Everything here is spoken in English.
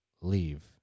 leave